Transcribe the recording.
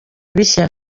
bishya